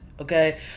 Okay